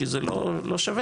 כי זה לא שווה.